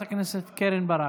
כאחות וטרינרית,